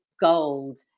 gold